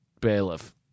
bailiff